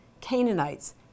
Canaanites